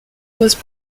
was